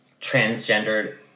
transgendered